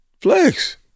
Flex